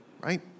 Right